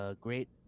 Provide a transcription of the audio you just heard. great